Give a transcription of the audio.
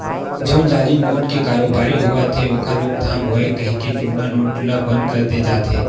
जउन जाली नोट के कारोबारी होवत हे ओखर रोकथाम होवय कहिके जुन्ना नोट ल बंद करे जाथे